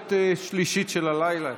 באשמורת שלישית של הלילה.